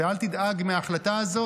ואל תדאג מההחלטה הזאת,